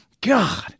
God